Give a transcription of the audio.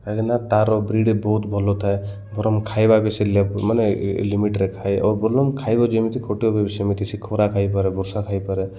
କାହିଁକିନା ତାର ବ୍ରିଡ଼ ବହୁତ ଭଲ ଥାଏ ବରଂ ଖାଇବା ବି ସେ ମାନେ ଲିମିଟରେ ଖାଏ ଆଉ ଭଲମ ଖାଇବା ଯେମିତି ଖଟିବ ସେମିତି ସେ ଖରା ଖାଇପାରେ ବର୍ଷା ଖାଇପାରେ